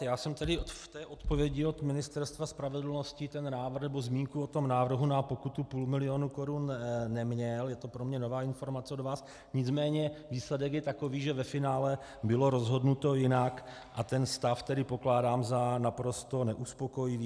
Já jsem tedy v té odpovědi od Ministerstva spravedlnosti ten návrh nebo zmínku o tom návrhu na pokutu na půl milionu korun neměl, je to pro mě nová informace od vás, nicméně výsledek je takový, že ve finále bylo rozhodnuto jinak, a ten stav tedy pokládám za naprosto neuspokojivý.